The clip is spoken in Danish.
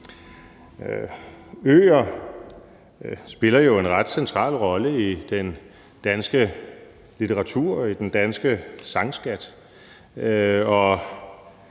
Øer spiller jo en ret central rolle i den danske litteratur og i den danske sangskat,